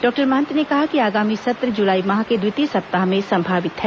doctor Mahant ने कहा कि आगामी सत्र जुलाई माह के द्वितीय सप्ताह में संभावित है